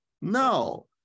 No